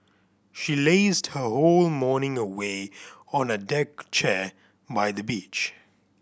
she lazed her whole morning away on a deck chair by the beach